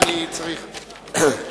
לא,